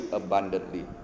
abundantly